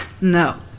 No